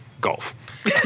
golf